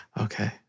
Okay